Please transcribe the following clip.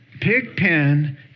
Pigpen